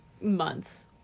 months